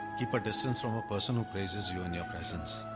keep a distance from a person who. praises you in your presence.